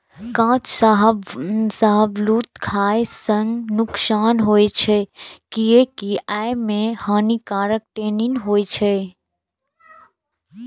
कांच शाहबलूत खाय सं नुकसान होइ छै, कियैकि अय मे हानिकारक टैनिन होइ छै